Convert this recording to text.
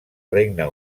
regne